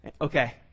okay